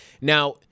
Now